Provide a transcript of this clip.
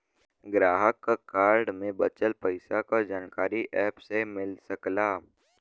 ग्राहक क कार्ड में बचल पइसा क जानकारी एप से मिल सकला